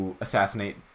assassinate